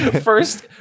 First